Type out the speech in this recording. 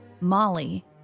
Molly